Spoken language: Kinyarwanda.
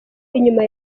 inyuma